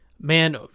Man